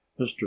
mr